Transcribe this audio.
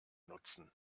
nutzen